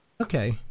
Okay